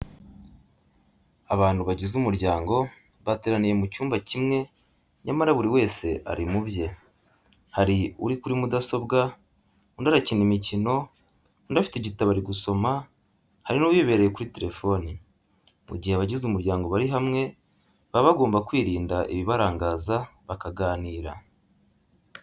Abantu bagize umuryango bateraniye mu cyumba kimwe nyamara buri wese ari mu bye, hari uri kuri mudasobwa, undi arakina imikino, undi afite igitabo ari gusoma, hari n'uwibereye kuri telefoni. Mu gihe abagize umuryango bari hamwe baba bagomba kwirinda ibibarangaza bakaganira.